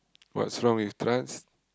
what's wrong with trance